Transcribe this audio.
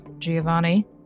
Giovanni